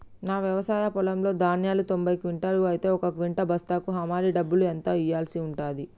నా వ్యవసాయ పొలంలో ధాన్యాలు తొంభై క్వింటాలు అయితే ఒక క్వింటా బస్తాకు హమాలీ డబ్బులు ఎంత ఇయ్యాల్సి ఉంటది?